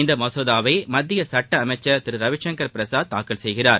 இந்த மசோதவை மத்திய சுட்ட அமைச்சர் திரு ரவிசங்கர் பிரசாத் தாக்கல் செய்கிறார்